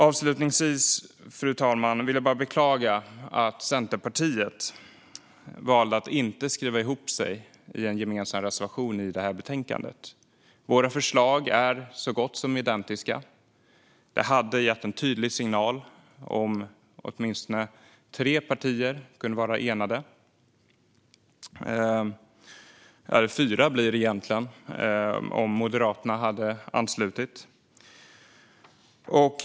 Avslutningsvis, fru talman, vill jag bara beklaga att Centerpartiet valde att inte skriva ihop sig med oss i en gemensam reservation i det här betänkandet. Våra förslag är så gott som identiska. Det hade gett en tydlig signal om åtminstone tre partier hade kunnat vara enade - det hade blivit fyra partier om Moderaterna hade anslutit.